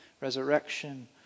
resurrection